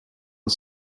are